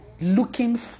looking